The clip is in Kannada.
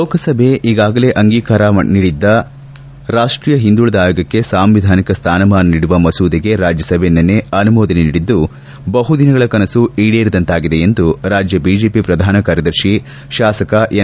ಲೋಕಸಭೆ ಈಗಾಗಲೇ ಅಂಗೀಕಾರ ನೀಡಿದ್ದ ರಾಷ್ಟೀಯ ಹಿಂದುಳದ ಆಯೋಗಕ್ಕೆ ಸಾಂವಿದಾನಿಕ ಸ್ಥಾನಮಾನ ನೀಡುವ ಮಸೂದೆಗೆ ರಾಜ್ಲಸಭೆ ನಿನ್ನೆ ಅನುಮೋದನೆ ನೀಡಿದ್ದು ಬಹುದಿನಗಳ ಕನಸು ಈಡೇರಿದಂತಾಗಿದೆ ಎಂದು ರಾಜ್ಯ ಬಿಜೆಪಿ ಪ್ರಧಾನ ಕಾರ್ಯದರ್ತಿ ಶಾಸಕ ಎನ್